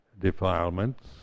defilements